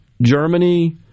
Germany